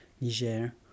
Niger